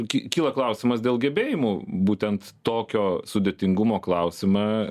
ky kyla klausimas dėl gebėjimų būtent tokio sudėtingumo klausimą